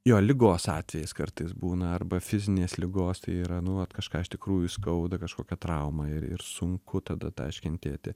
jo ligos atvejais kartais būna arba fizinės ligos tai yra nu vat kažką iš tikrųjų skauda kažkokią traumą ir ir sunku tada tą iškentėti